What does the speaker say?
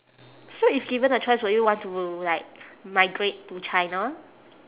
so if given a chance would you want to like migrate to china